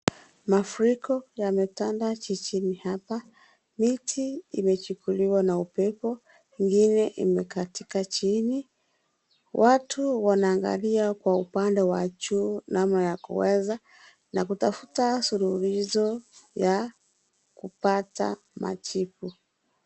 Mafuriko yametanda jijini hapa miti imechukuliwa na upepo ,ngine imekatika chini watu wanaangalia kwa upande wa juu namna ya kuweza, na kutafuta suluhisho ya kupata majibu